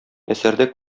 әсәрдә